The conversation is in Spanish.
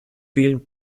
film